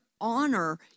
honor